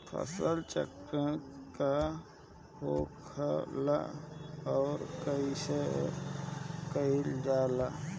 फसल चक्रण का होखेला और कईसे कईल जाला?